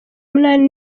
munani